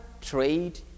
trade